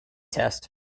test